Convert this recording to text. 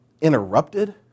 interrupted